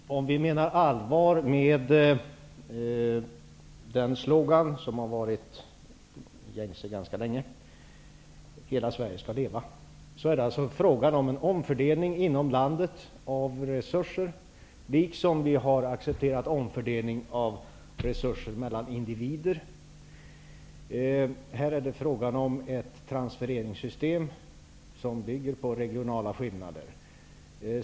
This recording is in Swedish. Fru talman! Om vi menar allvar med den slogan som har varit gängse ganska länge -- Hela Sverige skall leva! -- är det fråga om en omfördelning inom landet av resurser, liksom vi har accepterat omfördelning av resurser mellan individer. Här är det fråga om ett transfereringssystem som bygger på regionala skillnader.